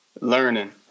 learning